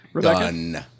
done